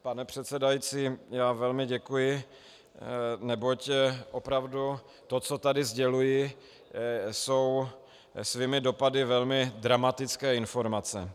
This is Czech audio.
Pane předsedající, velmi děkuji, neboť opravdu to, co tady sděluji, jsou svými dopady velmi dramatické informace.